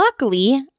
Luckily